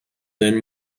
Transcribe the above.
thin